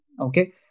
Okay